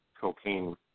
cocaine